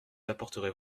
apporterez